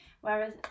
Whereas